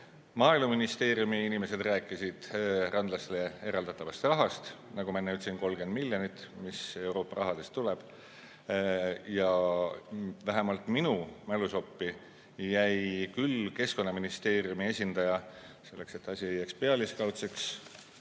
Maaeluministeeriumi inimesed rääkisid randlastele eraldatavast rahast, nagu ma enne ütlesin, 30 miljonit, mis Euroopa vahenditest tuleb. Vähemalt minu mälusoppi jäi küll Keskkonnaministeeriumi esindaja sõnum. Selleks, et asi ei jääks pealiskaudseks,